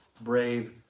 brave